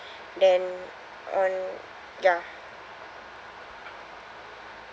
then on ya